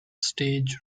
stage